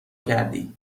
کردی